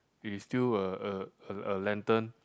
it is still a a a a lantern